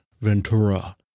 Ventura